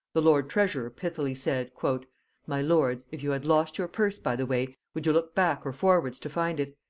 the lord treasurer pithily said my lords, if you had lost your purse by the way, would you look back or forwards to find it?